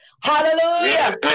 Hallelujah